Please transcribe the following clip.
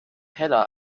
heller